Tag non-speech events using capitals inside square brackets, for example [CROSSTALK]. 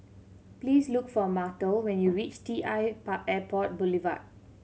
please look for Myrtle when you reach T I [UNINTELLIGIBLE] Airport Boulevard